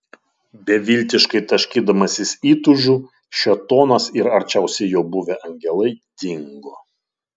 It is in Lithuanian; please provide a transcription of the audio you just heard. beviltiškai taškydamasis įtūžiu šėtonas ir arčiausiai jo buvę angelai dingo